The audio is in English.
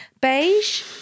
Beige